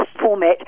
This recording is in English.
format